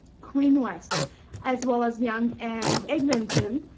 queen west as well as yonge and eglinton,